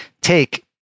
take –